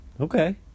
Okay